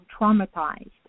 traumatized